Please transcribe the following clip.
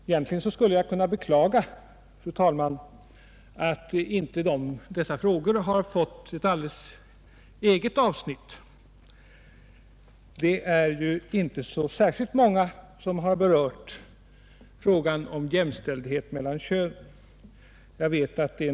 Egentligen skulle jag kunna beklaga att inte dessa frågor har fått ett alldeles eget avsnitt i denna debatt — det är inte så särskilt många som har berört frågan om jämställdhet mellan könen.